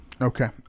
okay